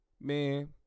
man